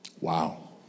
Wow